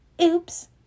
Oops